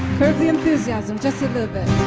curb the enthusiasm, just a little bit.